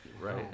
Right